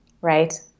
Right